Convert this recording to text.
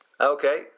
Okay